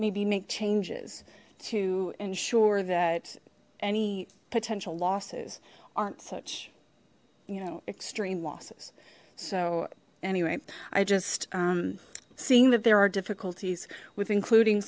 maybe make changes to ensure that any potential losses aren't such you know extreme losses so anyway i just seeing that there are difficulties with including